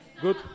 Good